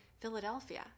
Philadelphia